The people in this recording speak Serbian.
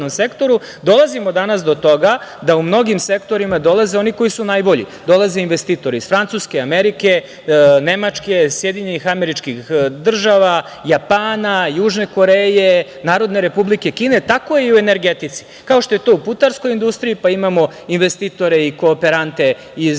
sektoru. Dolazimo danas do toga da u mnogim sektorima dolaze oni koji su najbolji, dolaze investitori iz Francuske, Amerike, Nemačke, Sjedinjenih Američkih Država, Japana, Južne Koreje, Narodne Republike Kine. Tako je i u energetici, kao što je to u putarskoj industriji, pa imamo investitore i kooperante iz